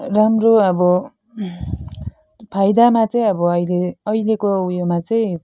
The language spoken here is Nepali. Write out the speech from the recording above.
राम्रो अब फाइदामा चाहिँ अब अहिले अहिलेको उयोमा चाहिँ